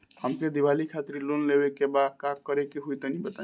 हमके दीवाली खातिर लोन लेवे के बा का करे के होई तनि बताई?